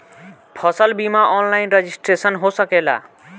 फसल बिमा online registration हो सकेला?